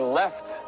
left